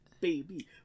baby